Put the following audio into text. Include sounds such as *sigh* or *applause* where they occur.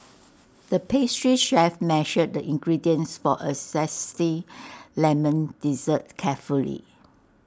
*noise* the pastry chef measured the ingredients for A Zesty Lemon Dessert carefully